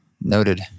Noted